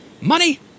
Money